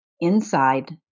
inside